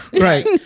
right